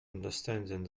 understanding